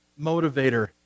motivator